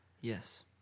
Yes